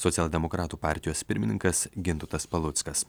socialdemokratų partijos pirmininkas gintautas paluckas